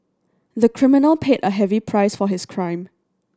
the criminal paid a heavy price for his crime